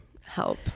help